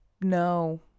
no